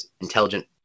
intelligent